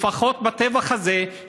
לפחות בטבח הזה,